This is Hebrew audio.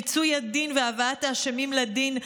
מיצוי הדין והבאת האשמים לדין,